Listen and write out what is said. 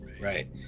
right